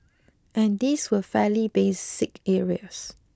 and these were fairly basic areas